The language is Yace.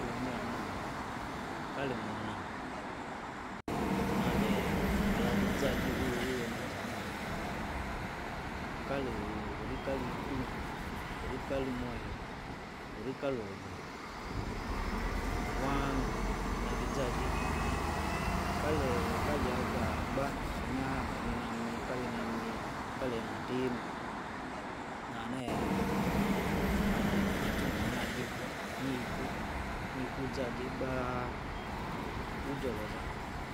Alor iyrime namer kali mouma mouna ala aji zajie ifu-fu-fie ne-e ezena kalo-ori-kali yiku mem ori kali molie ori-kali wor kwa waa mem na gi-za ajie kali kaleyi aga-agba iyie ahaah mem nena mi kaleyi ina tie mem na aha neyi adim atu oja eyi agim yie-yiku iza-ajie gba uja oloza